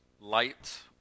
light